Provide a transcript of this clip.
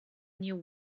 new